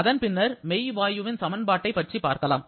அதன் பின்னர் மெய் வாயுவின் சமன்பாட்டை பற்றி பார்க்கலாம்